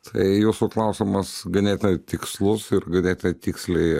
tai jūsų klausimas ganėtinai tikslus ir galėti tiksliai